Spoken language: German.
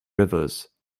rivers